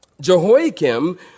Jehoiakim